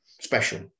special